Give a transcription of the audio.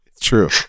true